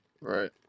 right